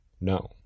no